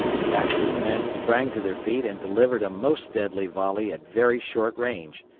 baxter's men sprang to their feet and delivered a most deadly volley at very short range,